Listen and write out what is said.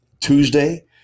Tuesday